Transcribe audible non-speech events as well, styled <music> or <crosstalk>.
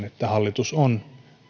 <unintelligible> että hallitus on